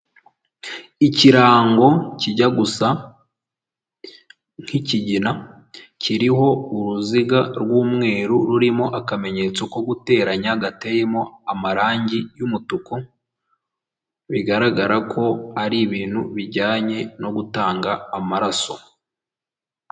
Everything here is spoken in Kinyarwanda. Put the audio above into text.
Ikirango kijya gusa nk'ikigina kiriho uruziga rw'umweru rurimo akamenyetso ko guteranya gateyemo amarangi yumutuku, bigaragara ko ari ibintu bijyanye no gutanga amaraso.